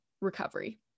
recovery